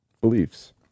beliefs